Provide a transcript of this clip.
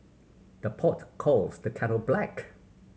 the pot calls the kettle black